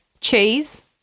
cheese